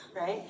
right